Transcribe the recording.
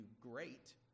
great